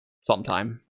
sometime